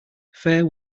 fair